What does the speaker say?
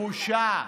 בושה.